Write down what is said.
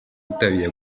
tuttavia